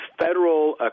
Federal